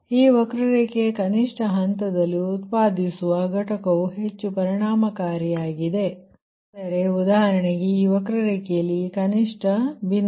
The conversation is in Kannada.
ಈ ವಕ್ರರೇಖೆಯ ಕನಿಷ್ಠ ಹಂತದಲ್ಲಿ ಉತ್ಪಾದಿಸುವ ಘಟಕವು ಹೆಚ್ಚು ಪರಿಣಾಮಕಾರಿಯಾಗಿದೆ ಅಂದರೆ ಉದಾಹರಣೆಗೆ ಈ ವಕ್ರರೇಖೆಯಲ್ಲಿ ಈ ಕನಿಷ್ಠ ಬಿಂದು